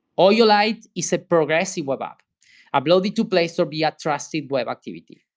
oyo lite is a progressive web app uploaded to play store via trusted web activity.